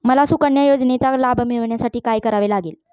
मला सुकन्या योजनेचा लाभ मिळवण्यासाठी काय करावे लागेल?